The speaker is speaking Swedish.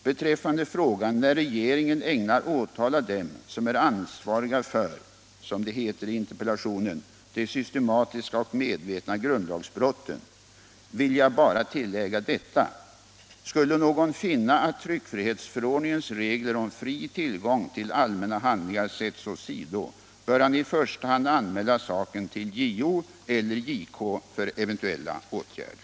Beträffande frågan när regeringen ämnar åtala dem som är ansvariga för, som det heter i interpellationen, ”de systematiska och medvetna grundlagsbrotten” vill jag bara tillägga detta: Skulle någon finna att tryckfrihetsförordningens regler om fri tillgång till allmänna handlingar sätts åsido bör han i första hand anmäla saken till JO eller JK för eventuella åtgärder.